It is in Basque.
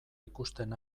ikusten